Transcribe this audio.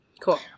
Cool